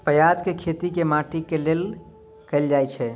प्याज केँ खेती केँ माटि मे कैल जाएँ छैय?